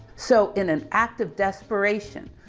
so in an act of desperation,